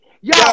Yo